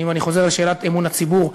ואם אני חוזר לשאלת אמון הציבור,